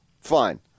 Fine